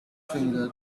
finger